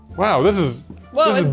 wow, this is whoa,